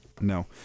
no